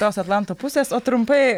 tos atlanto pusės o trumpai